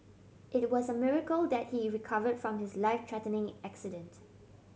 it was a miracle that he recover from his life threatening accident